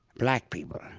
black people,